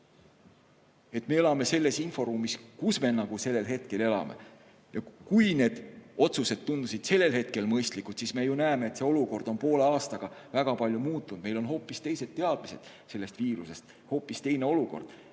Me elame selles inforuumis, kus me hetkel elame. Vahest need otsused tundusid sellel hetkel mõistlikud, aga me ju näeme, et olukord on poole aastaga väga palju muutunud. Meil on hoopis teised teadmised sellest viirusest, hoopis teine olukord.